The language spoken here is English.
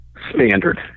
standard